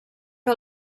que